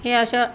हे अशा